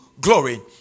glory